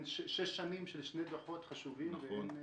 יש שש שנים בין שני דוחות חשובים ואין מעקב.